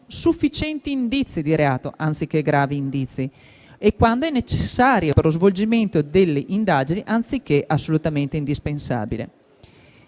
sufficienti indizi di reato, anziché gravi indizi, e quando è necessaria per lo svolgimento delle indagini, anziché assolutamente indispensabile.